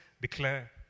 declare